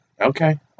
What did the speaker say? Okay